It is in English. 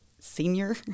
senior